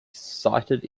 sited